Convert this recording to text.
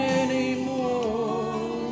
anymore